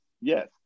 Yes